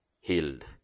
healed